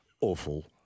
awful